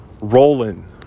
rolling